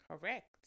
Correct